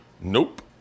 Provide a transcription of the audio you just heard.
Nope